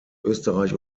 österreich